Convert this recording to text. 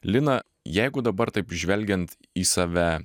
lina jeigu dabar taip žvelgiant į save